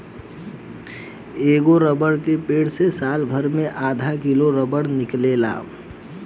एगो रबर के पेड़ से सालभर मे आधा किलो रबर निकलेला